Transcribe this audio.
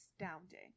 astounding